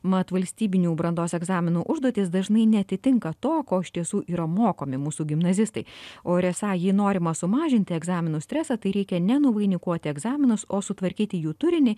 mat valstybinių brandos egzaminų užduotys dažnai neatitinka to ko iš tiesų yra mokomi mūsų gimnazistai o ir esą jei norima sumažinti egzaminų stresą tai reikia ne nuvainikuoti egzaminus o sutvarkyti jų turinį